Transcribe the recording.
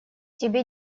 тебе